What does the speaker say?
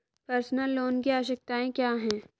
Personal loan की आवश्यकताएं क्या हैं?